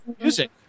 music